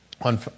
on